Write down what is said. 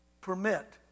permit